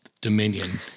Dominion